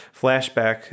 flashback